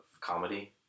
comedy